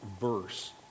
verse